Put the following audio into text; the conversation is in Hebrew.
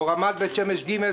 רמת בית שמש ג',